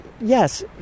yes